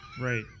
right